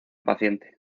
paciente